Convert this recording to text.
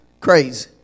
crazy